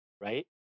Right